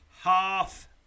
half